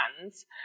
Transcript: hands